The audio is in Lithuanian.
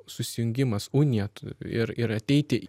susijungimas unija ir ir ateiti